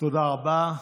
תודה רבה.